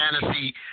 fantasy